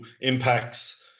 impacts